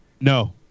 No